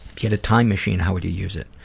you had a time machine, how would you use it?